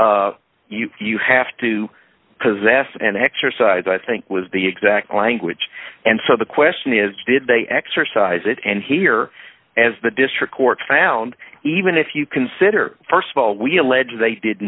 you have to possess and exercise i think was the exact language and so the question is did they exercise it and here as the district court found even if you consider st of all